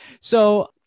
So-